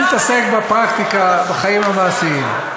אני מתעסק בפרקטיקה, בחיים המעשיים.